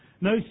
No